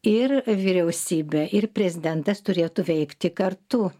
ir vyriausybė ir prezidentas turėtų veikti kartu